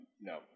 no